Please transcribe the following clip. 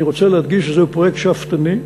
אני רוצה להדגיש שזהו פרויקט שאפתני,